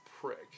prick